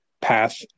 path